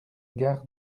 gare